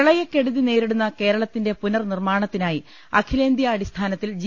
പ്രളയക്കെടുതി നേരിടുന്ന കേരളത്തിന്റെ പുനർ നിർമ്മാ ണത്തിനായി അഖിലേന്ത്യാ അടിസ്ഥാനത്തിൽ ജി